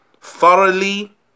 thoroughly